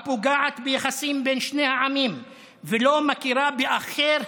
הפוגעת ביחסים בין שני העמים ולא מכירה באחר,